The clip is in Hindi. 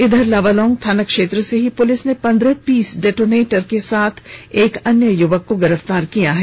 इधर लावालौंग थाना क्षेत्र से ही पुलिस ने पंद्रह पीस डेटोनेटर के साथ एक अन्य य्वक को गिरफ्तार किया है